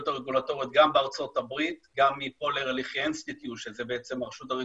אני רוצה לברך את פרופסור רות ארנון שהייתה מראשי תלם,